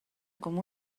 com